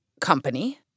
company